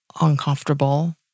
uncomfortable